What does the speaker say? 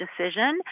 decision